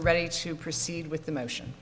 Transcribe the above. ready to proceed with the motion